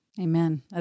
Amen